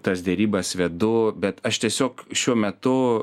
tas derybas vedu bet aš tiesiog šiuo metu